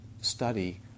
study